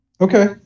Okay